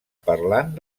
parlant